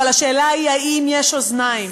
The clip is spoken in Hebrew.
אבל השאלה היא אם יש אוזניים.